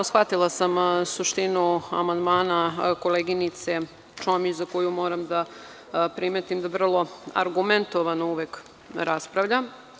Shvatila sam suštinu amandmana koleginice Čomić za koju moram da primetim da vrlo argumentovano uvek raspravlja.